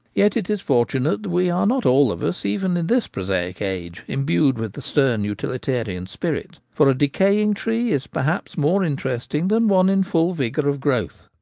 yet it is fortunate that we are not all of us, even in this prosaic age, imbued with the stern utilitarian spirit for a decaying tree is perhaps more interest ing than one in full vigour of growth.